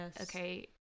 okay